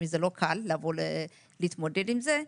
זה לא קל להתמודד עם זה,